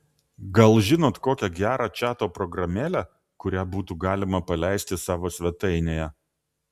gal žinot kokią gerą čato programėlę kurią būtų galima paleisti savo svetainėje